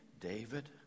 David